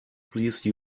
please